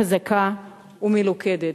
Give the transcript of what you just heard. חזקה ומלוכדת.